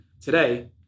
today